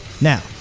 Now